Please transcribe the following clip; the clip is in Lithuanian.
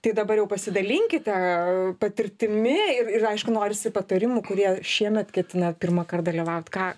tai dabar jau pasidalinkite patirtimi ir ir aišku norisi patarimų kurie šiemet ketina pirmąkart dalyvaut ką